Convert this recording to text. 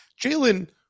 Jalen